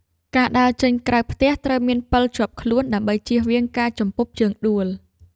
ការដើរចេញក្រៅផ្ទះត្រូវមានពិលជាប់ខ្លួន ដើម្បីជៀសវាងការជំពប់ជើងដួល។